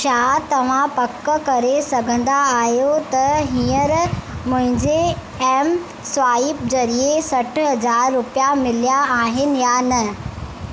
छा तव्हां पक करे सघंदा आहियो त हीअंर मुंहिंजे एम स्वाइप ज़रिए सठ हज़ार रुपिया मिलया आहिनि या न